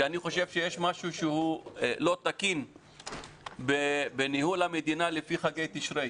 שאני חושב שיש משהו לא תקין בניהול המדינה לפי חגי תשרי.